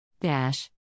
Dash